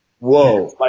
whoa